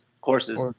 Courses